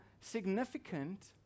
significant